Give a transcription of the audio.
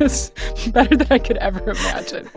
it's better than i could ever imagine